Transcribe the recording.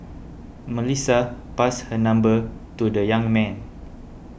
Melissa passed her number to the young man